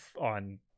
on